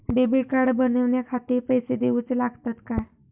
Debit card बनवण्याखाती पैसे दिऊचे लागतात काय?